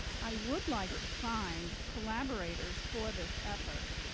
i would like to find collaborators for this effort.